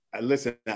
listen